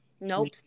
nope